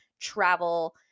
travel